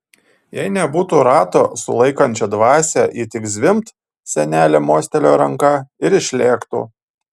jei nebūtų rato sulaikančio dvasią ji tik zvimbt senelė mostelėjo ranka ir išlėktų